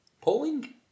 Polling